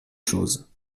choses